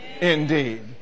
Indeed